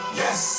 yes